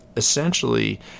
essentially